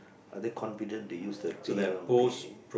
are they confident to use the PayNow pay